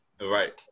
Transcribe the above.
Right